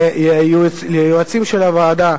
ליועצים של הוועדה,